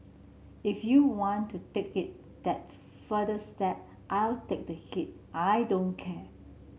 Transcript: if you want to take it that further step I'll take the heat I don't care